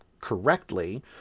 correctly